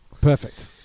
Perfect